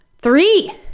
three